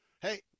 Hey